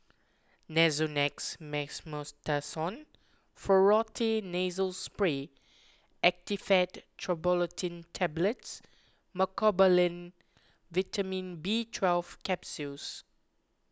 Nasonex Mometasone Furoate Nasal Spray Actifed Triprolidine Tablets Mecobalamin Vitamin B Twelve Capsules